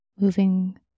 moving